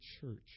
church